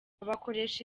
babakoresha